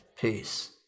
Peace